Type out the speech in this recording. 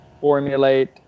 formulate